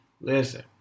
Listen